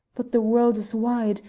but the world is wide,